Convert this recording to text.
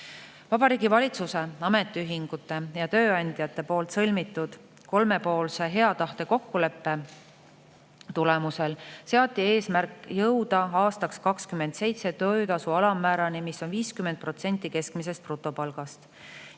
Vabariigi Valitsuse, ametiühingute ja tööandjate vahel sõlmitud kolmepoolse hea tahte kokkuleppe tulemusel seati eesmärk jõuda aastaks 2027 töötasu alammäärani, mis on 50% keskmisest brutopalgast.